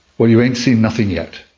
well, you ain't seen nothing yet.